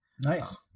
Nice